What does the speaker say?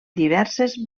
diverses